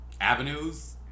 avenues